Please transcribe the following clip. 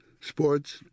sports